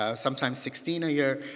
um sometimes sixteen a year.